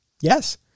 yes